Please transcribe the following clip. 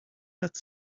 that